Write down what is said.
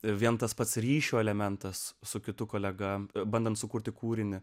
vien tas pats ryšio elementas su kitu kolega bandant sukurti kūrinį